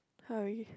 hurry